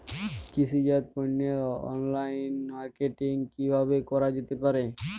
কৃষিজাত পণ্যের online marketing কিভাবে করা যেতে পারে?